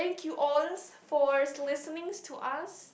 thank you alls fors listenings to us